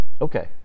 Okay